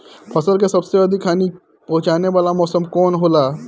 फसल के सबसे अधिक हानि पहुंचाने वाला मौसम कौन हो ला?